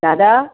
दादा